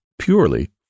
purely